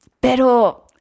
Pero